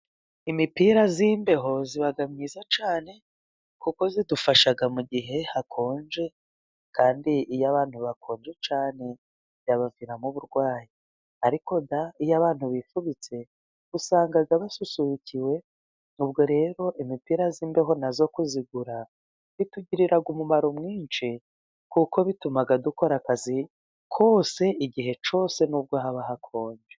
Imipira y'imbeho iba myiza cyane kuko idufasha mu gihe hakonje, kandi iyo abantu bakonje cyane byabaviramo uburwayi, ariko da iyo abantu bifubitse usanga basusurukiwe, ubwo rero imipira y'imbeho na yo kuyigura bitugirira umumaro mwinshi, kuko bituma dukora akazi kose igihe cyose n'ubwo haba hakonje.